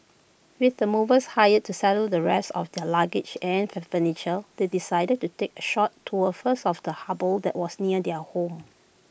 with the movers hired to settle the rest of their luggage and their furniture they decided to take A short tour first of the harbour that was near their home